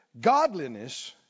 godliness